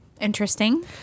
Interesting